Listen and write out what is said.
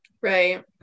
Right